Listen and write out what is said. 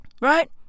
Right